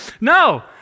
No